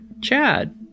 Chad